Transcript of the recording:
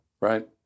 right